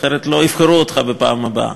אחרת לא יבחרו אותך בפעם הבאה.